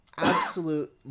absolute